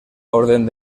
orden